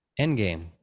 Endgame